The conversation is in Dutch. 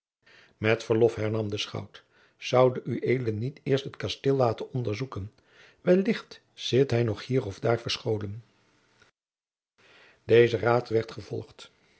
met verlof hernam de schout zoude ued niet eerst het kasteel laten doorzoeken wellicht zit hij nog hier of daar verscholen deze raad werd gevolgd